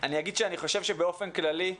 אני חושב שבאופן כללי,